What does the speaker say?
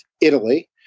Italy